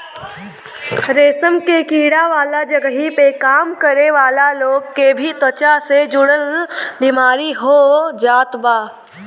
रेशम के कीड़ा वाला जगही पे काम करे वाला लोग के भी त्वचा से जुड़ल बेमारी हो जात बा